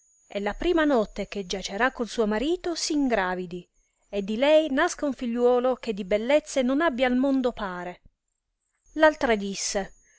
e la prima notte che giacerà col suo marito s'ingravidi e di lei nasca un figliuolo che di bellezze non abbia al mondo pare l'altra disse